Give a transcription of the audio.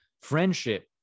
friendship